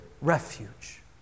refuge